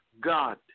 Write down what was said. God